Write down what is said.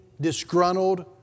disgruntled